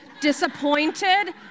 disappointed